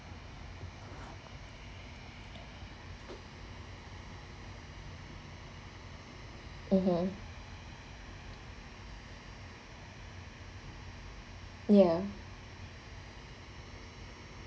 (uh huh) ya